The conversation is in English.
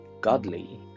godly